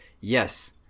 Yes